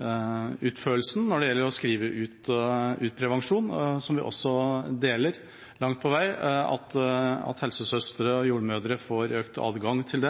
myndighetsutførelsen når det gjelder å skrive ut prevensjon, som vi langt på vei deler at helsesøstre og jordmødre får økt adgang til.